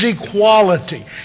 equality